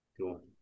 Cool